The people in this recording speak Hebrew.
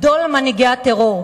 גדול מנהיגי הטרור?